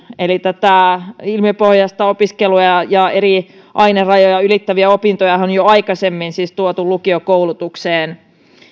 eli tätä ilmiöpohjaista opiskelua ja ja eri ainerajoja ylittäviä opintojahan on siis jo aikaisemmin tuotu lukiokoulutukseen